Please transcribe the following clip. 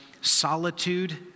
solitude